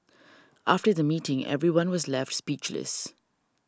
after the meeting everyone was left speechless